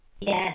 Yes